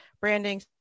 branding